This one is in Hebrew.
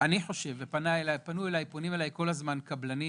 אני חושב, ופונים אליי כל הזמן קבלנים